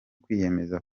kwiyemeza